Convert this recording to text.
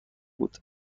بود